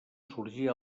sorgir